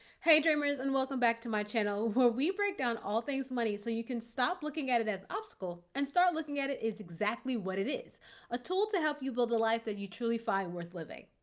hey dreamers and welcome back to my channel where we break down all things money so you can stop looking at it as obstacle and start looking at it as exactly what it is a tool to help you build a life that you truly find worth living.